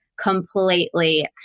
completely